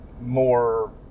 more